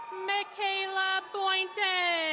mikaela bointen.